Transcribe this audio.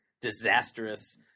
disastrous